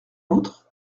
nôtres